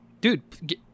Dude